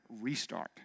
restart